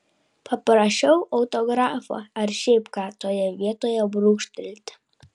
paprašiau autografo ar šiaip ką toje vietoje brūkštelti